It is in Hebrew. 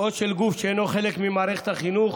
או של גוף שאינו חלק ממערכת החינוך,